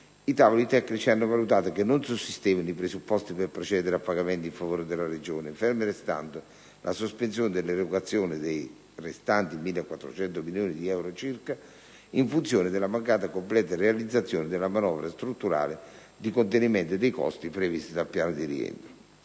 i tavoli tecnici hanno valutato che non sussistevano i presupposti per procedere al pagamento in favore della Regione, ferma restando la sospensione dell'erogazione dei restanti 1.400 milioni di euro circa, in funzione della mancata completa realizzazione della manovra strutturale di contenimento dei costi prevista dal piano di rientro.